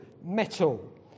metal